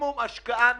במינימום השקעה ממשלתית.